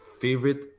favorite